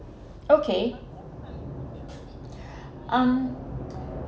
okay um